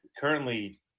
currently